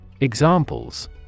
Examples